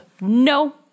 No